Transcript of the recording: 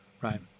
Right